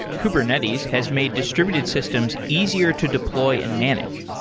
kubernetes has made distributed systems easier to deploy and manage.